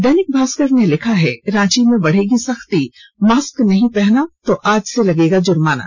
दैनिक भास्कर ने लिखा है रांची में बढ़ेगी सख्ती मास्क नहीं पहना तो आज से लगेगा जुर्माना